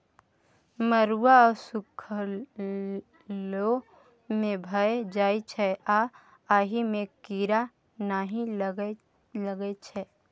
मरुआ सुखलो मे भए जाइ छै आ अहि मे कीरा नहि लगै छै